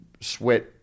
sweat